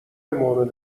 مورد